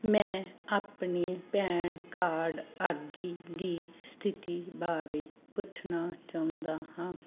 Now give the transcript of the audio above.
ਮੈਂ ਆਪਣੀ PAN card ਅਰਜ਼ੀ ਦੀ ਸਥਿਤੀ ਬਾਰੇ ਪੁੱਛਣਾ ਚਾਹੁੰਦਾ ਹਾਂ